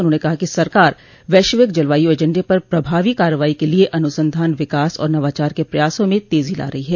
उन्होंने कहा कि सरकार वैश्विक जलवायु एजेंडे पर प्रभावी कार्रवाई के लिए अनुसंधान विकास और नवाचार के प्रयासों में तेजी ला रही है